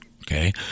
okay